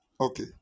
okay